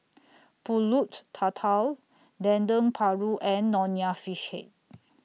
Pulut Tatal Dendeng Paru and Nonya Fish Head